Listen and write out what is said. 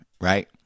Right